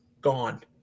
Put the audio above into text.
gone